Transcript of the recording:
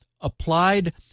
applied